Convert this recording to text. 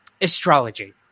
astrology